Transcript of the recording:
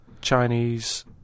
Chinese